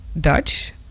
Dutch